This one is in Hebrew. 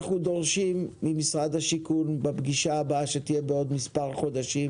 אנחנו דורשים ממשרד השיכון בפגישה הבאה שתהיה בעוד מספר חודשים,